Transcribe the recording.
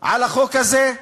לפי החוק הזה,